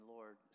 Lord